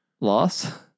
Loss